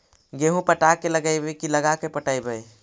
गेहूं पटा के लगइबै की लगा के पटइबै?